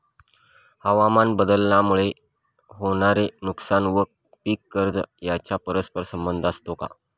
हवामानबदलामुळे होणारे नुकसान व पीक कर्ज यांचा परस्पर संबंध असतो का?